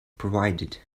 provided